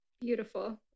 Beautiful